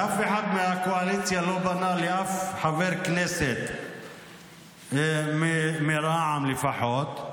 ואף אחד מהקואליציה לא פנה לאף חבר כנסת מרע"מ לפחות.